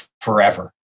forever